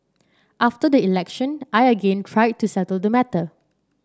after the election I again tried to settle the matter